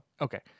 Okay